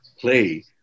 play